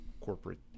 corporate